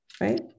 right